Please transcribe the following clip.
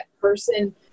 person